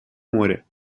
море